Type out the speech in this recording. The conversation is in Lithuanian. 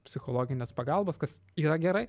psichologines pagalbas kas yra gerai